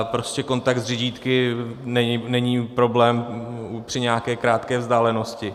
Prostě kontakt s řidítky není problém při nějaké krátké vzdálenosti.